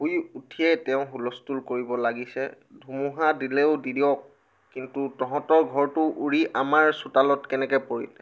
শুই উঠিয়ে তেওঁ হুলস্থুল কৰিব লাগিছে ধুমুহা দিলেও দিয়ক কিন্তু তহঁতৰ ঘৰটো উৰি আমাৰ চোতালত কেনেকৈ পৰিল